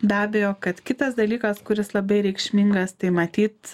be abejo kad kitas dalykas kuris labai reikšmingas tai matyt